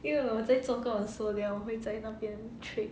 因为我在做工的时候 then 我会在那边 trade